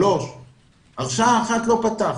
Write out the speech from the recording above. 3. הרשאה אחת לא פתחנו,